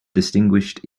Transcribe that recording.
distinguished